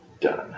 Done